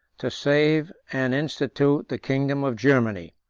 to save and institute the kingdom of germany.